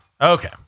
Okay